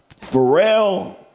Pharrell